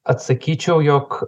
atsakyčiau jog